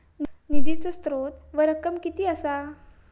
निधीचो स्त्रोत व रक्कम कीती असा?